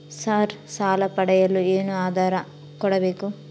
Sir ಸಾಲ ಪಡೆಯಲು ಏನು ಆಧಾರ ಕೋಡಬೇಕು?